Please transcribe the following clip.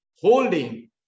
holding